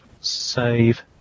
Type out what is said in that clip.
Save